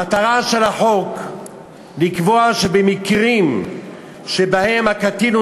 המטרה של החוק היא לקבוע שבמקרים שבהם הקטין הוא